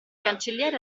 cancelliere